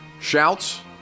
Shouts